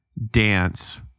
dance